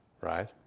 Right